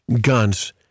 guns